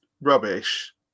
rubbish